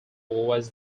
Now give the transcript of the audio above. was